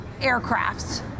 aircrafts